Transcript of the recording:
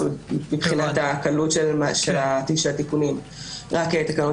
מבחינת הקלות של התיקונים - רק תקנות